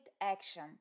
action